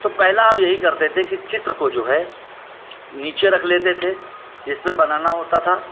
तो पहला हम यही करते थे कि चित्र को जो है नीचे रख लेते थे जिसपे बनाना होता था